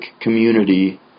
community